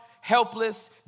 helpless